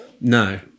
No